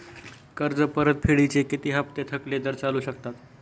कर्ज परतफेडीचे किती हप्ते थकले तर चालू शकतात?